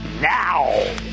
now